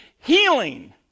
healing